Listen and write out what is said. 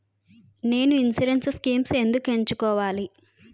నేను insurance schemes ఎందుకు ఎంచుకోవాలి?